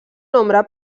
nombre